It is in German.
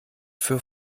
für